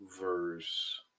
verse